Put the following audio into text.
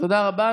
תודה רבה.